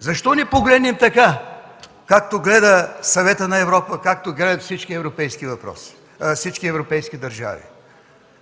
Защо не погледнем така, както гледа Съветът на Европа, както гледат всички европейски държави?